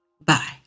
Bye